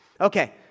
Okay